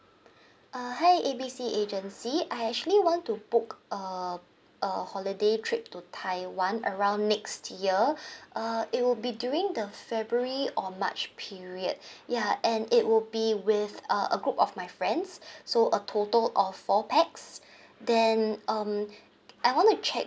uh hi A B C agency I actually want to book a a holiday trip to taiwan around next year uh it would be during the february or march period ya and it would be with uh a group of my friends so a total of four pax then um I want to check